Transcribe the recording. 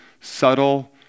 subtle